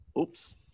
Oops